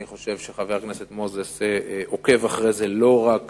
אני חושב שחבר הכנסת מוזס עוקב אחרי זה לא רק